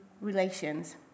relations